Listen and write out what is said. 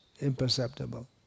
imperceptible